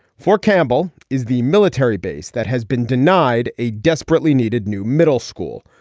fort campbell is the military base that has been denied a desperately needed new middle school.